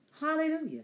Hallelujah